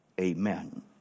Amen